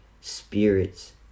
spirits